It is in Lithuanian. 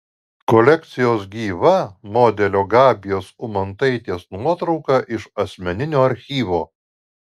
kolekcijos gyva modelio gabijos umantaitės nuotrauka iš asmeninio archyvo